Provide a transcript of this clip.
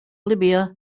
libya